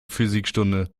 physikstunde